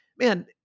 man